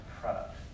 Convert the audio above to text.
product